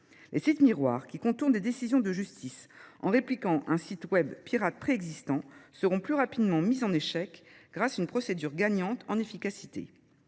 Les sites miroirs qui contournent des décisions de justice en répliquant un site web pirate préexistant seront plus rapidement mis en échec grâce à une procédure gagnant en efficacité.